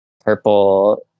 purple